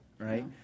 Right